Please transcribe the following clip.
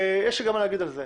ויש לי גם מה לומר על זה.